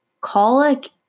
colic